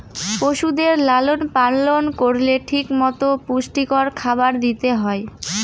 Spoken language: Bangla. পশুদের লালন পালন করলে ঠিক মতো পুষ্টিকর খাবার দিতে হয়